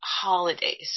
holidays